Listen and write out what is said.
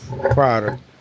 product